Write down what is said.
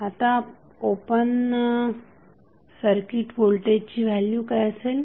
आता open circuit व्होल्टेजची value काय असेल